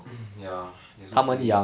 mm ya they also say